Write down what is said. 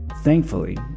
Thankfully